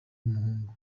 umuhungu